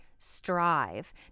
strive